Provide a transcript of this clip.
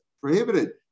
prohibited